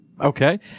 Okay